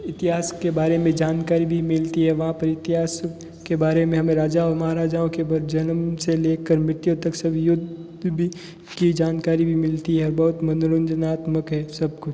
इतिहास के बारे में जानकारी भी मिलती हैं वहाँ पर इतिहास के बारे में हमें राजा व महाराजायों के ब जन्म से लेकर मृत्यु तक सब युद्ध की जानकारी भी मिलती है बहुत मनोरंजनात्मक है सब कुछ